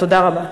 תודה רבה.